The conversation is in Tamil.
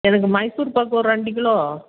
எனக்கு மைசூர்பாக்கு ஒரு ரெண்டு கிலோ